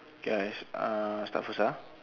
guys uh I start first ah